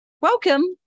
Welcome